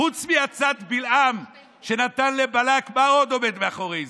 חוץ מעצת בלעם שנתן לבלק, מה עוד עומד מאחורי זה?